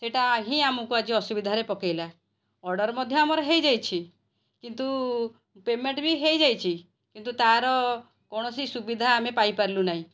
ସେଇଟା ହିଁ ଆମକୁ ଆଜି ଅସୁବିଧାରେ ପକାଇଲା ଅର୍ଡ଼ର ମଧ୍ୟ ଆମର ହେଇଯାଇଛି କିନ୍ତୁ ପେମେଣ୍ଟ ବି ହେଇଯାଇଛି କିନ୍ତୁ ତାର କୌଣସି ସୁବିଧା ଆମେ ପାଇପାରିଲୁନାହିଁ